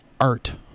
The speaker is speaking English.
art